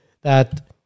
that-